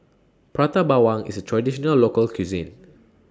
Prata Bawang IS A Traditional Local Cuisine